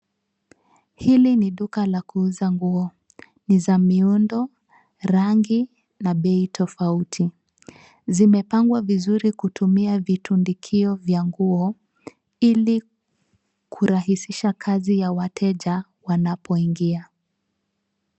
Hili ni duka la kuuza nguo ni za miundo ,rangi na bei tofauti, zimepangwa vizuri kutumia vitundukio vya nguo ili kurahisisha kazi ya wateja wanapoingia.